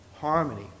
harmony